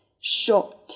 short